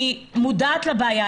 אני מודעת לבעיה.